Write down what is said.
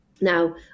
Now